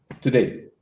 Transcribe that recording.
today